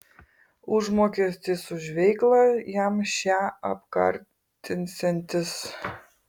užmokestis už veiklą jam šią apkartinsiantis